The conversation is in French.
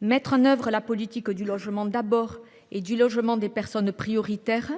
mettre en œuvre la politique du « Logement d’abord » et du logement des personnes prioritaires